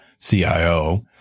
CIO